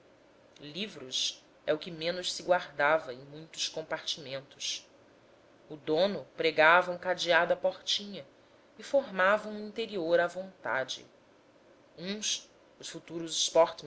livros livros é o que menos se guardava em muitos compartimentos o dono pregava um cadeado à portinha e formava um interior à vontade uns os futuros